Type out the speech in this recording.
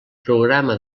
programa